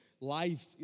Life